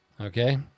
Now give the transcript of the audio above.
okay